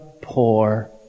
poor